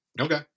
Okay